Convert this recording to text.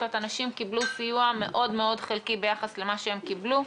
אנשים קיבלו סיוע מאוד מאוד חלקי ביחס למה שהם ביקשו.